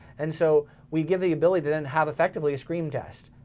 and so we give the ability to then have effectively a screen test,